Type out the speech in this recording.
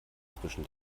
zwischen